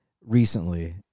recently